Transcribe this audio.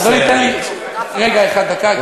אדוני, תן לי רגע אחד, דקה.